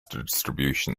distribution